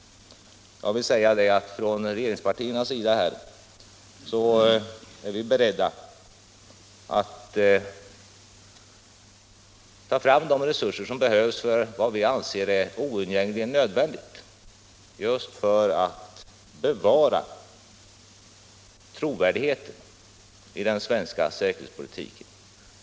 Från regeringspartiernas sida är vi beredda att ta fram de resurser som behövs för vad vi anser oundgängligen nödvändigt just för att bevara trovärdigheten i den svenska säkerhetspolitiken.